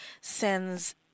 sends